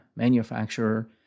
manufacturer